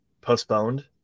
postponed